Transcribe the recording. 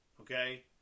Okay